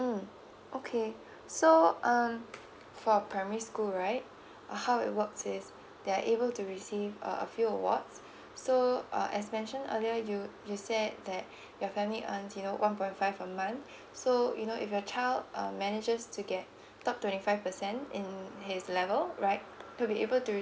mm okay so um for primary school right uh how it works is they're able to receive uh a few awards so uh as mentioned earlier you you said that your family earn you know one point five a month so you know if your child um manages to get top twenty five percent in his level right he'll be able to